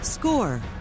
Score